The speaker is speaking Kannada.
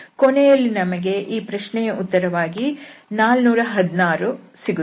ಕೊನೆಯಲ್ಲಿ ನಮಗೆ ಈ ಪ್ರಶ್ನೆಯ ಉತ್ತರವಾಗಿ 416 ಸಿಗುತ್ತದೆ